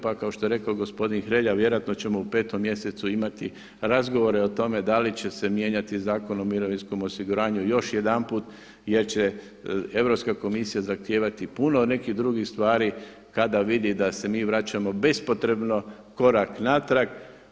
Pa kao što je rekao gospodin Hrelja vjerojatno ćemo u petom mjesecu imati razgovore o tome da li će se mijenjati Zakon o mirovinskom osiguranju još jedanput jer će Europska komisija zahtijevati puno nekih drugih stvari kada vidi da se mi vraćamo bespotrebno korak natrag.